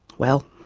well,